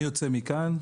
אני יוצא מכאן,